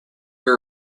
that